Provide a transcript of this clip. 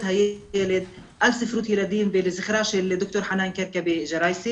הילד על ספרות ילדים ולזכרה של ד"ר חנאן כרכבי-ג'ראייסי.